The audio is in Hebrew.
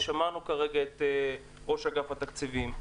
ושמענו כרגע את ראש אגף התקציבים,